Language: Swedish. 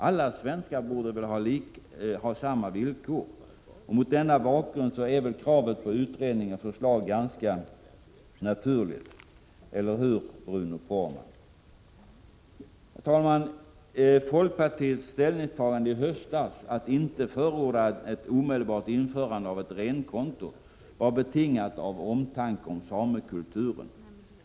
Alla svenskar borde väl ha samma villkor. Mot denna bakgrund är kravet på utredning och förslag ganska naturligt — eller hur, Bruno Poromaa? Herr talman! Folkpartiets ställningstagande i höstas att inte förorda ett omedelbart införande av ett renkonto var betingat av omtanke om samekulturen.